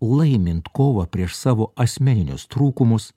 laimint kovą prieš savo asmeninius trūkumus